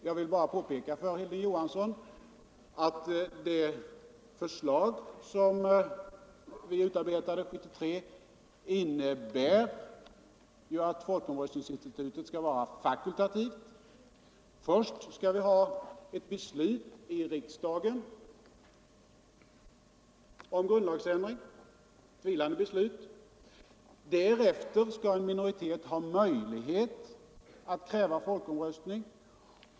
Jag vill bara påpeka för herr Johansson i Trollhättan att de förslag som vi utarbetade 1973 innebär att folkomröstningsinstitutet skall vara fakultativt. Först skall vi ha eu vilande beslut i riksdagen om grundlagsändring. Därefter skall en minoritet ha möjlighet att kräva folkomröstning.